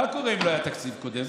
מה היה קורה אם לא היה תקציב קודם?